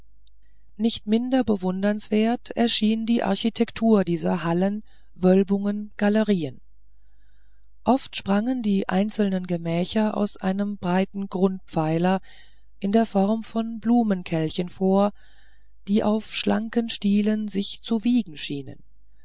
nicht minder bewundernswert erschien die architektur dieser hallen wölbungen galerien oft sprangen die einzelnen gemächer aus einem breiten grundpfeiler in der form von blumenkelchen vor die auf schlanken stielen sich zu wiegen schienen